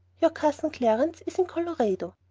your cousin clarence is in colorado.